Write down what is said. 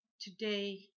Today